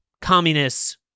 communists